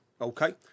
okay